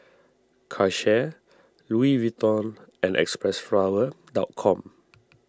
Karcher Louis Vuitton and Xpressflower com